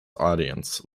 audience